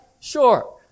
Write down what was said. Sure